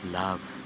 love